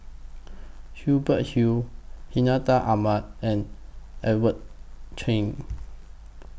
Hubert Hill Hartinah Ahmad and Edmund Cheng